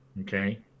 Okay